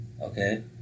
Okay